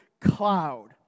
cloud